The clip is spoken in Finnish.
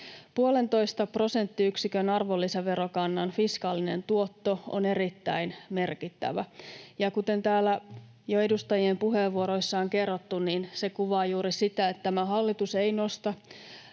1,5 prosenttiyksikön arvonlisäverokannan fiskaalinen tuotto on erittäin merkittävä, ja kuten täällä jo edustajien puheenvuoroissa on kerrottu, se kuvaa juuri sitä, että tämä hallitus ei nosta